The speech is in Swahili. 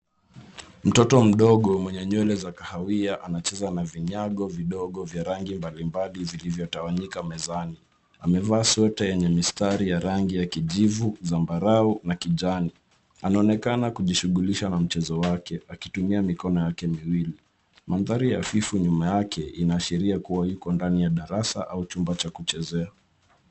Mtoto mdogo mwenye nywele za kahawia anacheza na vinyago vidogo vya rangi mbali mbali vilivyogawanyika mezani. Amevaa sweta yenye mistari ya rangi ya kijivu, zambarau na kijani. Anaonekana kujishughulisha na mchezo wake, akitumia mikono yake miwili. Mandhari hafifu nyuma yake inaashiria kuwa yuko ndani ya darasa au chumba cha kuchezea.